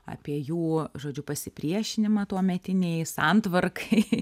apie jų žodžiu pasipriešinimą tuometinei santvarkai